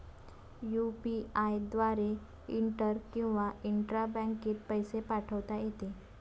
UPI द्वारे inter किंवा intra बँकेत पैसे पाठवता येते